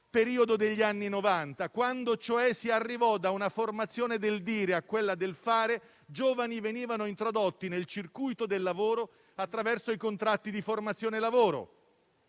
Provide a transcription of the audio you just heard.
periodo degli anni Novanta, quando cioè si passò dalla formazione del dire a quella del fare, per cui i giovani venivano introdotti nel circuito del lavoro attraverso i contratti di formazione e lavoro.